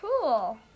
cool